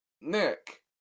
Nick